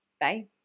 Bye